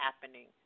happening